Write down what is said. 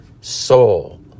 soul